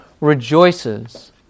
rejoices